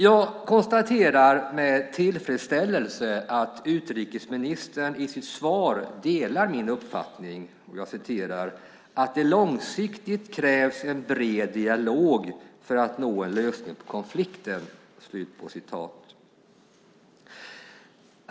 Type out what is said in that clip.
Jag konstaterar med tillfredsställelse att utrikesministern i sitt svar delar min uppfattning "att det långsiktigt krävs en bred dialog för att nå en lösning på konflikten".